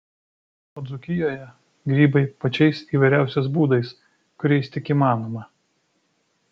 o dzūkijoje grybai pačiais įvairiausiais būdais kuriais tik įmanoma